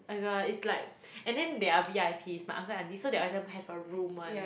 I don't know lah it's like and then they are v_i_ps my uncle and aunty so they every time have a room [one]